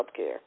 Healthcare